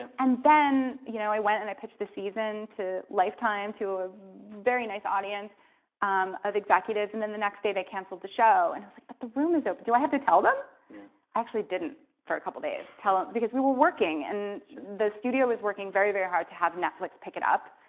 and then you know we went and i pushed the season to lifetime to a very nice audience um of executives. and then the next day they canceled the show. and i was like, but the room is open, do i have to tell them? i actually didn't for a couple days, tell them, because we were working. and the studio was working very, very hard to have netflix pick it up.